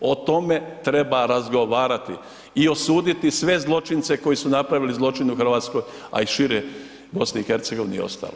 O tome treba razgovarati i osuditi sve zločince koji su napravili zločin u Hrvatskoj a i šire u BiH-u i ostalo.